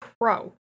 Pro